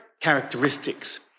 characteristics